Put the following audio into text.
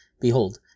behold